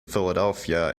philadelphia